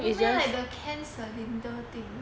no meh like the can cylinder thing